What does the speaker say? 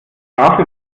strafe